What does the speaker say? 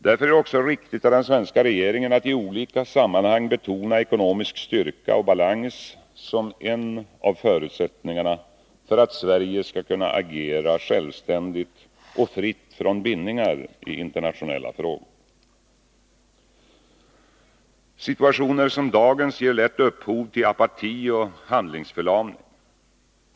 Därför är det också riktigt av den svenska regeringen att i olika sammanhang betona ekonomisk styrka och balans som en av förutsättningarna för att Sverige skall kunna agera självständigt och fritt från bindningar i internationella frågor. Situationer som dagens ger lätt upphov till apati och handlingsförlamning.